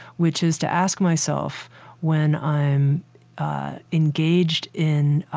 which is to ask myself when i'm engaged in,